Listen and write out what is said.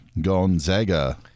Gonzaga